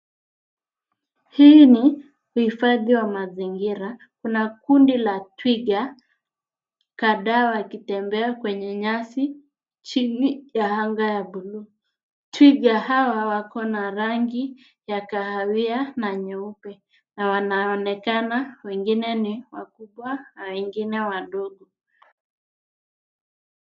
Hii ni uhifadhi wa mazingira. Kuna kundi la twiga kadhaa wakitembea kwenye nyasi chini ya anga ya buluu. Twiga hawa wako na rangi ya kahawia na nyeupe, na wanaonekana wengine ni wakubwa na wengine wadogo.